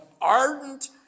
ardent